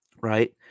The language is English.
right